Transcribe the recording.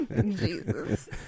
Jesus